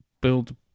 build